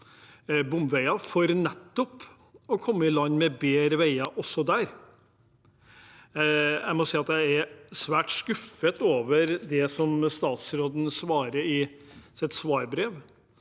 bomveier, for nettopp å komme i land med bedre veier også der. Jeg må si jeg er svært skuffet over det statsråden skriver i sitt svarbrev,